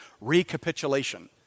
recapitulation